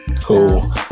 cool